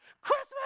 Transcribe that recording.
Christmas